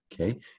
Okay